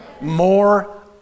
More